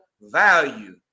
value